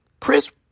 Chris